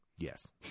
Yes